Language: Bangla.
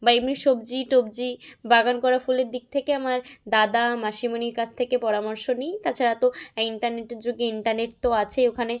বা এমনি সবজি টবজি বাগান করা ফুলের দিক থেকে আমার দাদা মাসিমণির কাছ থেকে পরামর্শ নিই তাছাড়া তো ইন্টারনেটের যুগে ইন্টারনেট তো আছে ওখানে